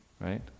right